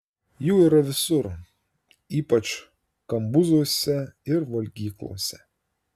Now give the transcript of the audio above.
jų yra visur ypač kambuzuose ir valgyklose